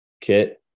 kit